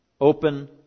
open